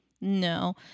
No